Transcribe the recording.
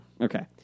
Okay